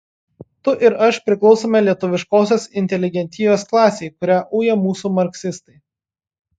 tu ir aš priklausome lietuviškosios inteligentijos klasei kurią uja mūsų marksistai